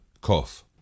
cough